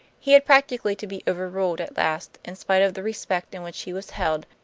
he had practically to be overruled at last, in spite of the respect in which he was held,